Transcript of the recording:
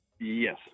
Yes